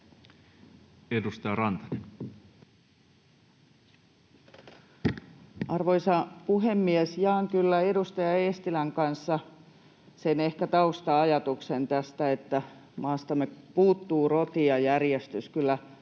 Edustaja Rantanen. Arvoisa puhemies! Jaan kyllä edustaja Eestilän kanssa ehkä sen tausta-ajatuksen tästä, että maastamme puuttuvat roti ja järjestys